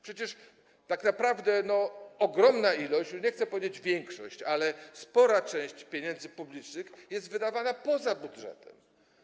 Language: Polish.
Przecież tak naprawdę ogromna ilość, już nie chcę powiedzieć: większość, spora część pieniędzy publicznych jest wydawana poza budżetem.